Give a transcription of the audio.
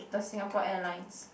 the Singapore Airlines